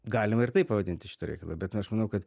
galima ir taip pavadinti šitą reikalą bet aš manau kad